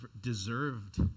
deserved